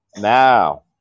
Now